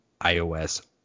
iOS